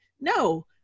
No